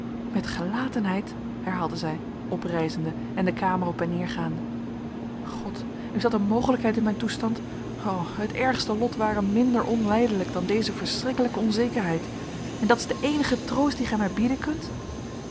met gelatenheid herhaalde zij oprijzende en de kamer op en neer gaande god is dat een mogelijkheid in mijn toestand o het ergste lot ware minder onlijdelijk dan deze verschrikkelijke onzekerheid en dat is de eenige troost dien gij mij bieden kunt